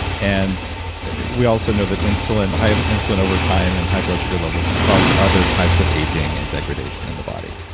ah and we also know that high insulin over time and high blood sugar levels cause other types of aging and degradation in the body.